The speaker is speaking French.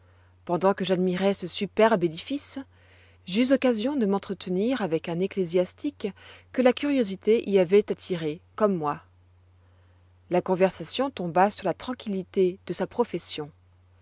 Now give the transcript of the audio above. pendant que j'admirois ce superbe édifice j'eus occasion de m'entretenir avec un ecclésiastique que la curiosité y avoit attiré comme moi la conversation tomba sur la tranquillité de sa profession